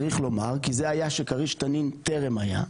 צריך לומר כי זה היה שכריש-תנין טרם היה.